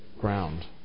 ground